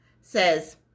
says